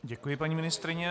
Děkuji paní ministryni.